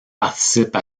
participe